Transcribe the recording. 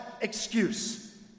excuse